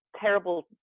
terrible